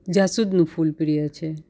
જાસૂદનું ફૂલ પ્રિય છે